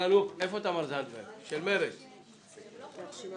סיעת הרשימה